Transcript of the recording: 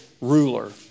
ruler